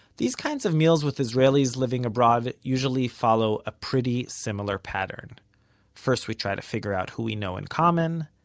these kinds of meals with israelis living abroad usually follow a pretty similar pattern first we try to figure out who we know in common,